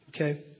Okay